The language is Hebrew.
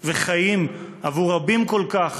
וחיים עבור רבים כל כך,